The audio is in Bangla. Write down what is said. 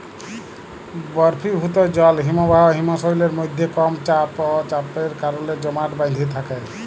বরফিভুত জল হিমবাহ হিমশৈলের মইধ্যে কম চাপ অ তাপের কারলে জমাট বাঁইধ্যে থ্যাকে